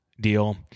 deal